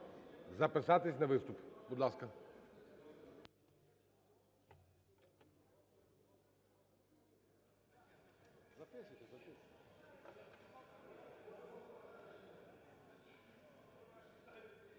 записатися на виступ, будь ласка.